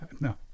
No